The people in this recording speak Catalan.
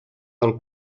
del